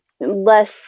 less